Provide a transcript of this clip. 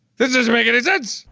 this, doesn't make any sense!